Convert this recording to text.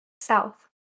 south